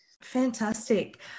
Fantastic